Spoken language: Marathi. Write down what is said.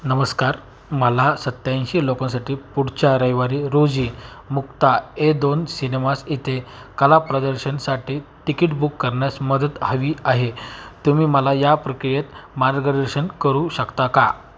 नमस्कार मला सत्त्याऐंशी लोकांसाठी पुढच्या रविवारी रोजी मुक्ता ए दोन सिनेमास येथे कला प्रदर्शनसाठी तिकीट बुक करण्यास मदत हवी आहे तुम्ही मला या प्रक्रियेत मार्गदर्शन करू शकता का